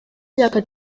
imyaka